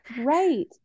right